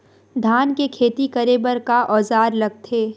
धान के खेती करे बर का औजार लगथे?